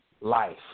life